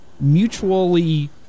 mutually